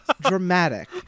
dramatic